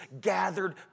gathered